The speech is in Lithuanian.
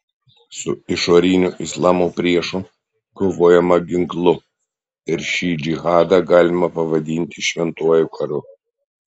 su išoriniu islamo priešu kovojama ginklu ir šį džihadą galima pavadinti šventuoju karu